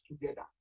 together